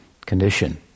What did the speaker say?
condition